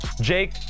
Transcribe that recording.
Jake